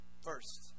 First